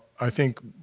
i think